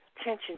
attention